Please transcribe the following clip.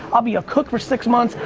i'll be a cook for six months.